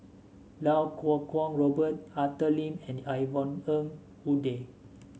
Iau Kuo Kwong Robert Arthur Lim and Yvonne Ng Uhde